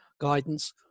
guidance